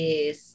Yes